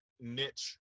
niche